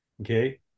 okay